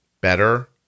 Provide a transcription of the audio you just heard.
better